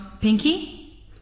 Pinky